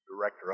director